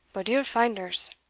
but ill finders.